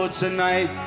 tonight